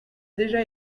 déjà